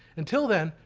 until then,